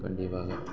கண்டிப்பாக